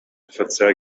verzehr